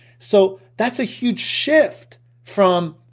so that's a huge shift from,